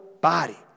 body